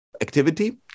activity